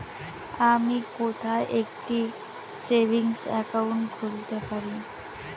আমি কোথায় একটি সেভিংস অ্যাকাউন্ট খুলতে পারি?